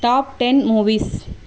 top ten movies